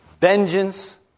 Vengeance